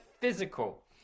physical